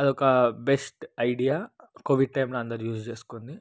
అది ఒక best idea Covid టైంలో అందరూ యూస్ చేసుకుంది